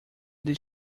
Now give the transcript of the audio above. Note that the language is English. did